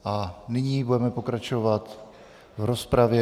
A nyní budeme pokračovat v rozpravě.